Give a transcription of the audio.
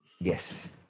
Yes